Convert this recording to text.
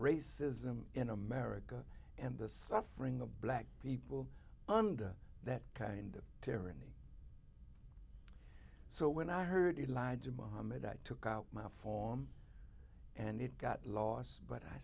racism in america and the suffering of black people under that kind of tyranny so when i heard you lied to mohamed i took out my form and it got lost but i